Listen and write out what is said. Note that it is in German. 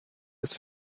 des